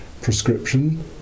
prescription